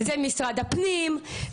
זה משרד הפנים,